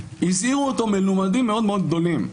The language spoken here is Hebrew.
הזהירו אותו מלומדים מאוד מאוד גדולים,